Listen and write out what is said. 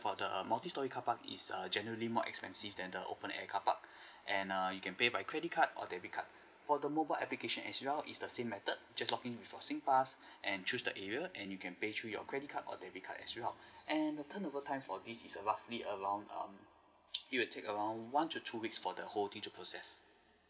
for the multi storey car park is err generally more expensive than the open air car park and err you can pay by credit card or debit card for the mobile application as well is the same method just login with your singpass and choose the area and you can pay through your credit card or debit card as well and the turnover time for this is err roughly around um it will take around one to two weeks for the whole thing to process